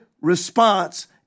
response